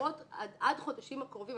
שבשבועות עד חודשים הקרובים,